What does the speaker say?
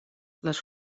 les